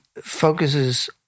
focuses